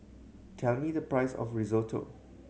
tell me the price of Risotto